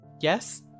Yes